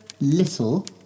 little